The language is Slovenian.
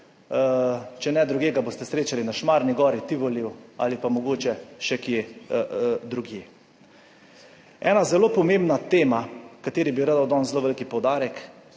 če ne drugje, ga boste srečali na Šmarni gori, Tivoliju ali pa mogoče še kje drugje. Ena zelo pomembna tema kateri bi rad dal danes zelo velik poudarek,